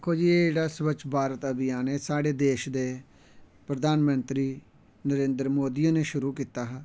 दिक्खो जी एह् जेह्ड़ा स्वच्छ भारत आभियान ऐ एह् साढ़े देश दे प्रधानमंत्री नरेन्द्र मोदी होरें शुरू कीता हा